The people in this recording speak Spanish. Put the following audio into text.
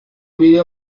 vídeo